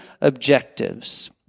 objectives